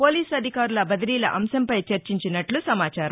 police అధికారుల బదిలీల అంశంపై చర్చించినట్ల సమాచారం